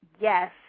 Yes